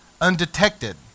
undetected